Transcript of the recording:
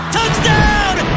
Touchdown